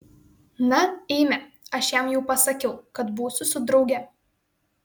na eime aš jam jau pasakiau kad būsiu su drauge